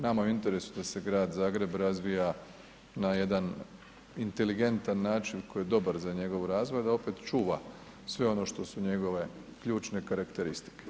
Nama je u interesu da se Grad Zagreb razvija na jedan inteligentan način koji je dobar za njegov razvoj a da opet čuva sve ono što su njegove ključne karakteristike.